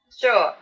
Sure